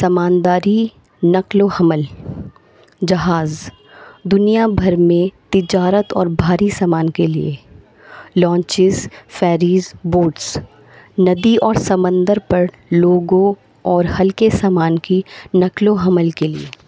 سمندری نقل و حمل جہاز دنیا بھر میں تجارت اور بھاری سامان کے لیے لانچز فیریز بوٹس ندی اور سمندر پر لوگوں اور ہلکے سامان کی نقل و حمل کے لیے